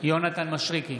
יונתן מישרקי,